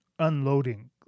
Unloading